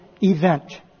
event